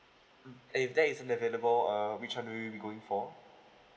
and if that is unavailable uh which one will you be going for